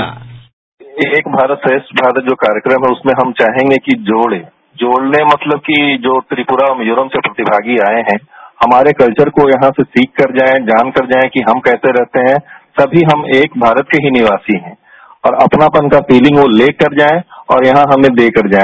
sound bite एक भारत श्रेष्ठ भारत जो कार्यक्रम है उसमें हम चाहेंगे कि जोड़े जोड़ने का मतलब कि लोग त्रिपुरा मिजोरम से प्रतिमागी आये हैं हमारे कल्चर को यहां से सीखकर जायें कि हम कैसे रहते हैं समी हम एक भारत के निवासी हैं और अपनापन का फिलिंग वो लेकर जायें और यहां हमें देकर जायें